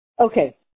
Okay